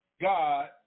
God